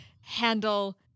handle